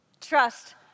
Trust